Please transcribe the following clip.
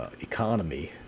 economy